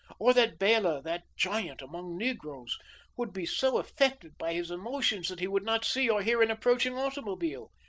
or that bela that giant among negroes would be so affected by his emotions that he would not see or hear an approaching automobile?